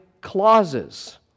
clauses